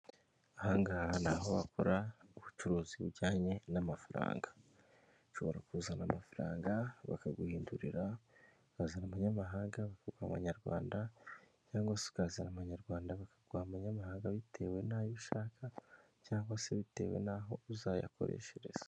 Aha ngaha ni aho bakora ubucuruzi bujyanye n'amafaranga ushobora kuzana amafaranga bakaguhindurira, ukazana amanyamahanga bakaguha amanyarwanda cyangwa ukazana amanyarwanda bakaguha amanyamahanga bitewe n'ayo ushaka cyangwa se bitewe n'aho uzayakoreshereza.